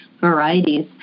varieties